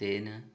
तेन